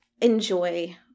enjoy